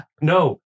No